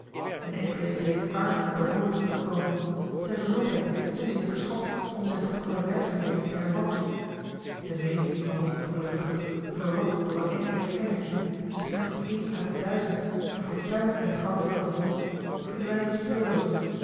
een enkele is reeds arm en berooid teruggekomen zijne gezondheid is te zeer geschokt om zijne vroegere werkzaamheden te hervatten de meesten van die ongelukkigen verlokt door eene enkele kennis die misschien als één uit de duizend eene fortuin in de goudvelden vond verdwijnen spoorloos